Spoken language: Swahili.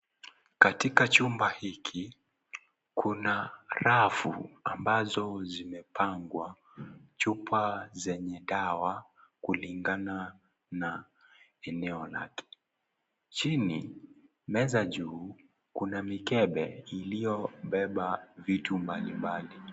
Katika chumba hiki kuna rafu ambazo zimepangwa chupa zenye dawa kulingana na eneo lake, chini meza juu kuna mikebe iliyobeba vitu mbalimbali.